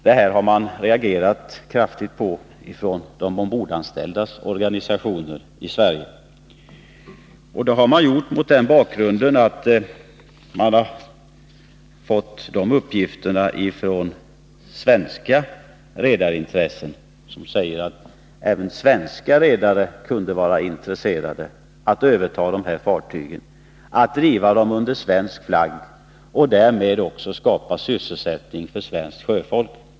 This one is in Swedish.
Det här har man från de ombordanställdas organisationer i Sverige reagerat kraftigt på, mot den bakgrunden att man har fått uppgifter från svenska redarintressen om att även svenska redare kunde vara intresserade av att överta de här fartygen, och att driva dem under svensk flagg och därmed även skapa sysselsättning för svenskt sjöfolk.